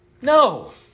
No